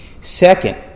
Second